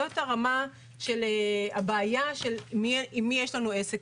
זו הבעיה עם מי יש לנו כאן עסק.